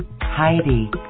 Heidi